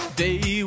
day